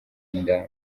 inda